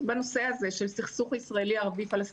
בנושא הזה של סכסוך ישראלי-ערבי-פלסטיני.